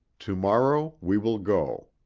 to-morrow we will go.